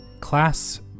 class